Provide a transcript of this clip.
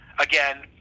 Again